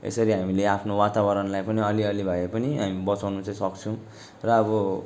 यसरी हामीले आफ्नो वातावरणलाई पनि अलि अलि भए पनि हामी बचाउनु चाहिँ सक्छौँ र अब